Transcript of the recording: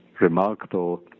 remarkable